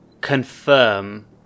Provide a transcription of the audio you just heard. confirm